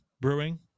brewing